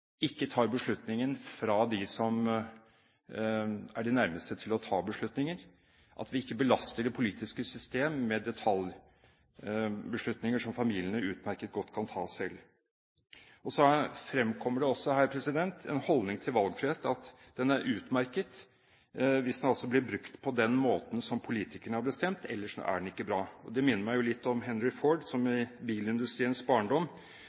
ikke tar beslutningen fra dem som er de nærmeste til å ta beslutninger, at vi ikke belaster det politiske system med detaljbeslutninger som familiene utmerket godt kan ta selv. Så fremkommer det også her den holdning til valgfrihet at den er utmerket hvis den blir brukt på den måten som politikerne har bestemt – ellers er den ikke bra. Det minner meg litt om Henry Ford, som i bilindustriens barndom